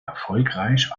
erfolgreich